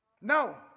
No